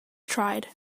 tried